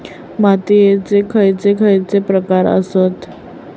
मातीयेचे खैचे खैचे प्रकार आसत?